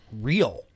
real